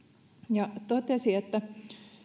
ja totesi että